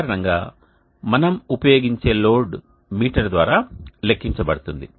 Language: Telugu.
సాధారణంగా మనం ఉపయోగించే లోడ్ మీటర్ ద్వారా లెక్కించబడుతుంది